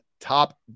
top